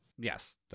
Yes